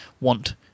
want